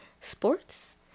sports